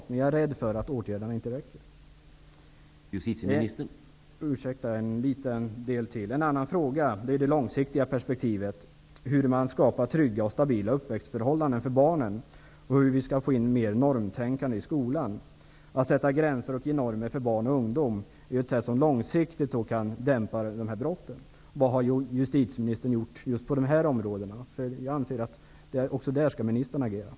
Jag är emellertid rädd för att åtgärderna inte räcker. En annan fråga är det långsiktiga perspektivet, hur man skapar trygga och stabila uppväxtförhållanden för barnen och hur vi skall få in mer normtänkande i skolan. Att sätta gränser och ge normer för barn och ungdom är något som långsiktigt kan dämpa de här brotten. Vad har justitieministern gjort just på de områdena? Jag anser att ministern skall agera också där.